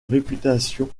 réputation